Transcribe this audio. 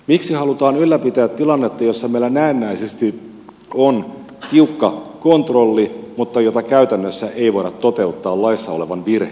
miksi halutaan ylläpitää tilannetta jossa meillä näennäisesti on tiukka kontrolli mutta jota käytännössä ei voida toteuttaa laissa olevan virheen vuoksi